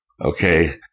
okay